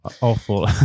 Awful